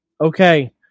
Okay